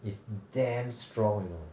is damn strong you know